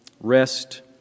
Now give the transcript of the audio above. rest